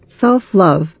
self-love